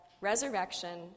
resurrection